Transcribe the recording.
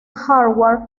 hardware